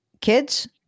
Kids